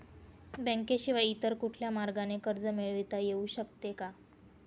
बँकेशिवाय इतर कुठल्या मार्गाने कर्ज मिळविता येऊ शकते का?